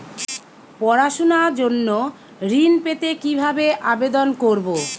পড়াশুনা জন্য ঋণ পেতে কিভাবে আবেদন করব?